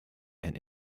and